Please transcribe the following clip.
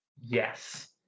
Yes